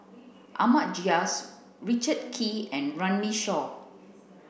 Ahmad Jais Richard Kee and Runme Shaw